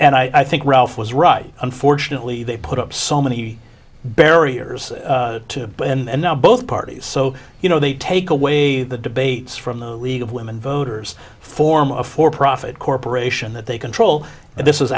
and i think ralph was right unfortunately they put up so many barriers and now both parties so you know they take away the debates from the league of women voters form of for profit corporation that they control and this